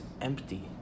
empty